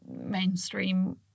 mainstream